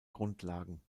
grundlagen